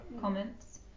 comments